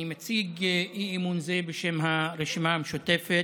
אני מציג אי-אמון זה בשם הרשימה המשותפת: